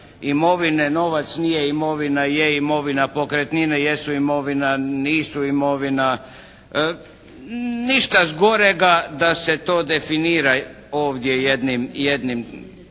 imovine, novac nije imovina, je imovina, pokretnina jesu imovina, nisu imovina, ništa zgorega da se to definira ovdje jednim